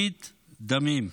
ברית דמים.